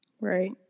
Right